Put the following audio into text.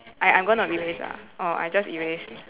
I I'm gonna erase lah oh I just erase